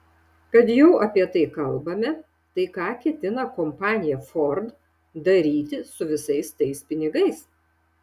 kad jau apie tai kalbame tai ką ketina kompanija ford daryti su visais tais pinigais